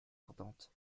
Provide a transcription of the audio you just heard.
ardentes